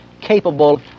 capable